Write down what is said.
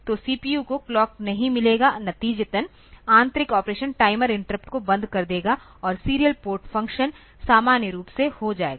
तो सीपीयू को क्लॉक नहीं मिलेगी नतीजतन आंतरिक ऑपरेशन टाइमर इंटरप्ट को बंद कर देगा और सीरियल पोर्ट फ़ंक्शन सामान्य रूप से हो जाएगा